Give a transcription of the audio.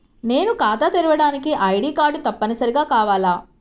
నేను ఖాతా తెరవడానికి ఐ.డీ కార్డు తప్పనిసారిగా కావాలా?